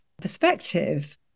perspective